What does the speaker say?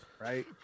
right